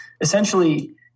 essentially